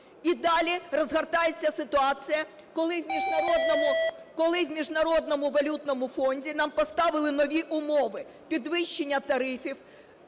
І далі розгортається ситуація, коли в Міжнародному валютному фонді нам поставили нові умови: підвищення тарифів,